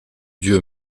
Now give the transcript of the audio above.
dieu